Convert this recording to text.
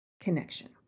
connection